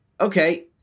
okay